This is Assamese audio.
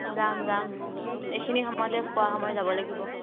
যাম যাম এইখিনি সময়তে ফুৰা সময় যাব লাগিব